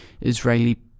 Israeli